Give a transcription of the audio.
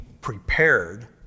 prepared